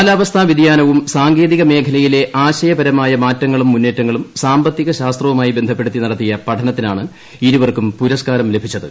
കാലാവസ്ഥാ വ്യതിയാനവും സാങ്കേതിക മേഖലയിലെ ആശയപരമായ മാറ്റങ്ങളും മുന്നേറ്റങ്ങളും സാമ്പത്തിക ശാസ്ത്രവുമായി ബന്ധപ്പെടുത്തി നടത്തിയ പഠനത്തിനാണ് ഇരുവർക്കും പുരസ്കാരം ലഭിച്ചത്